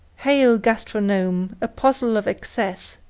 hail, gastronome, apostle of excess,